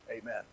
Amen